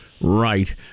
Right